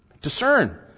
Discern